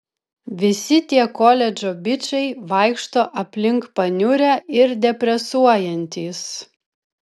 visi tie koledžo bičai vaikšto aplink paniurę ir depresuojantys